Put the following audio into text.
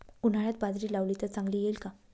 उन्हाळ्यात बाजरी लावली तर चांगली येईल का?